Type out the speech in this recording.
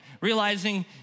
realizing